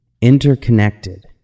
interconnected